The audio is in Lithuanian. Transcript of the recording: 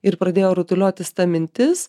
ir pradėjo rutuliotis ta mintis